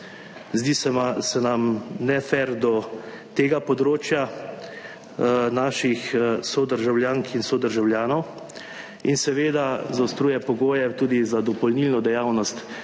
pa se nam »nefer« do tega področja naših sodržavljank in sodržavljanov, in seveda zaostruje pogoje tudi za dopolnilno dejavnost